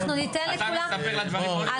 אז אל תספר לה דברים לא נכונים, רונן.